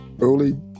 early